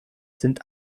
sind